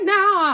now